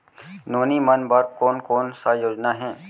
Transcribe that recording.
नोनी मन बर कोन कोन स योजना हे?